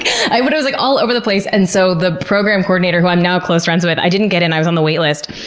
i but was like all over the place. and so the program coordinator, who i'm now close friends with i didn't get in, i was on the waitlist,